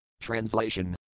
Translation